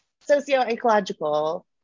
socio-ecological